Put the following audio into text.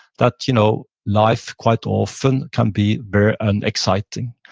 that you know life quite often can be very unexciting.